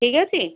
ଠିକ୍ ଅଛି